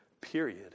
period